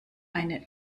eine